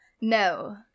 No